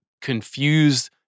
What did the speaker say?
confused